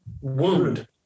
wound